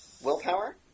Willpower